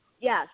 yes